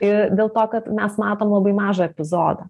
i dėl to kad mes matom labai mažą epizodą